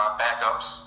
backups